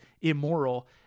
immoral